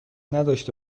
نداشته